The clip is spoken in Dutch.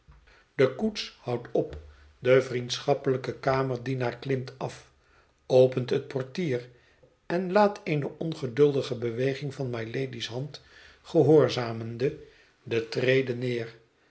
de koets houdt op de vriendschappelijke kamerdienaar klimt af opent het portier en laat eene ongeduldige beweging van mylady's hand gehoorzamende de trede neer